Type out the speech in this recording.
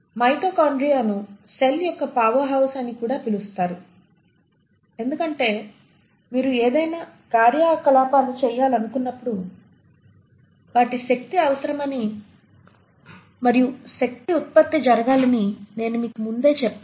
మైటోకాండ్రియాను cell యొక్క powerhouse అని కూడా పిలుస్తారు ఎందుకంటే మీరు ఏదైనా కార్యకలాపాలు చేయాలనుకున్నప్పుడు వాటికి శక్తి అవసరమని మరియు శక్తి ఉత్పత్తి జరగాలని నేను మీకు ముందే చెప్పేను